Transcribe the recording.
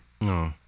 No